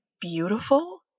beautiful